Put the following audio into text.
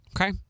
Okay